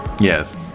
Yes